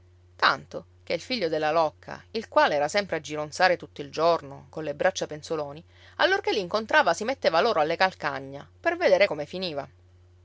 tanto che il figlio della locca il quale era sempre a gironzare tutto il giorno colle braccia penzoloni allorché li incontrava si metteva loro alle calcagna per vedere come finiva